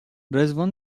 رضوان